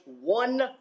one